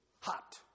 hot